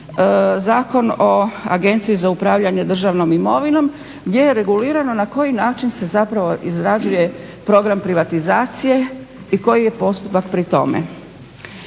Zakon o Agenciji za upravljanje državnom imovinom gdje je regulirano na koji način se izrađuje program privatizacije i koji je postupak pri tome.